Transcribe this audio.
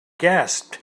gasped